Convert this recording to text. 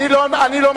אני לא מאפשר,